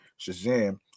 Shazam